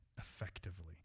Effectively